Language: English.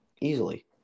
easily